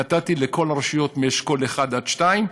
נתתי לכל הרשויות מאשכול 1 עד 2,